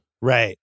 Right